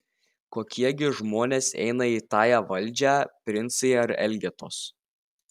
kokie gi žmonės eina į tąją valdžią princai ar elgetos